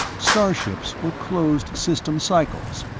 starships were closed-system cycles,